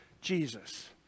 Jesus